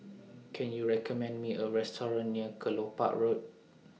Can YOU recommend Me A Restaurant near Kelopak Road